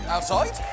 Outside